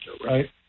right